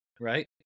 Right